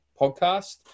podcast